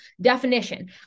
definition